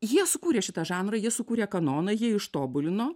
jie sukūrė šitą žanrą jis sukūrė kanoną jie ištobulino